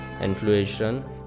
inflation